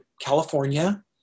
California